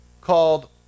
called